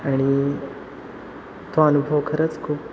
आणि तो अनुभव खरंच खूप